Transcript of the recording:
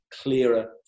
clearer